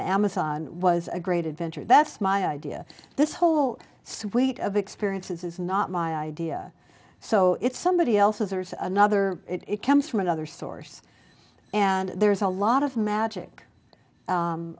the amazon was a great adventure that's my idea this whole suite of experiences is not my idea so it's somebody else's or another it comes from another source and there's a lot of magic